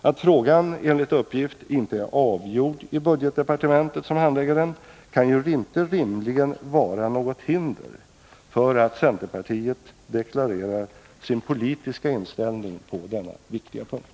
Att frågan enligt uppgift inte är avgjord i budgetdepartementet, som handlägger den, kan ju inte rimligen vara något hinder för att centerpartiet deklarerar sin politiska inställning på denna viktiga punkt.